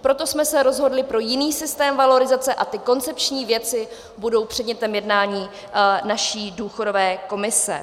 Proto jsme se rozhodli pro jiný systém valorizace a ty koncepční věci budou předmětem jednání naší důchodové komise.